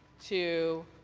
to